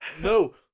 No